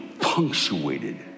punctuated